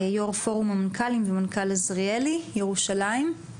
יו"ר פורום המנכ"לים ומנכ"ל מכללת עזריאלי ירושלים.